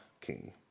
king